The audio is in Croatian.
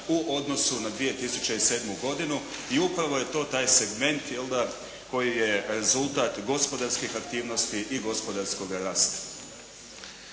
u odnosu na 2007. godinu i upravo je to taj segment jel' da koji je rezultat gospodarskih aktivnosti i gospodarskog rasta.